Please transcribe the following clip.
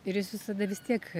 ir jis visada vis tiek